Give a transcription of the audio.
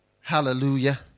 Hallelujah